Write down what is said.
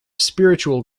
spiritual